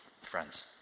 Friends